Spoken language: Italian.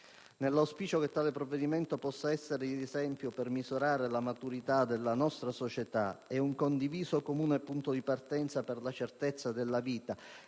Nell'auspicio che tale provvedimento possa essere un esempio per misurare la maturità della nostra società e un condiviso comune punto di partenza per la certezza della vita